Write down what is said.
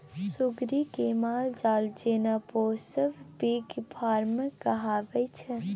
सुग्गरि केँ मालजाल जेना पोसब पिग फार्मिंग कहाबै छै